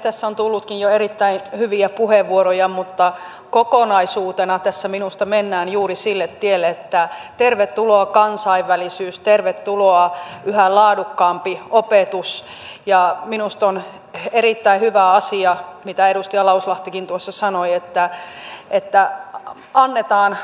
tässä on tullutkin jo erittäin hyviä puheenvuoroja mutta kokonaisuutena tässä minusta mennään juuri sille tielle että tervetuloa kansainvälisyys tervetuloa yhä laadukkaampi opetus ja minusta on erittäin hyvä asia mitä edustaja lauslahtikin tuossa sanoi että annetaan